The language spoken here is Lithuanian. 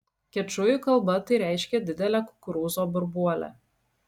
kečujų kalba tai reiškia didelę kukurūzo burbuolę